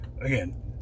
Again